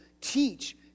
teach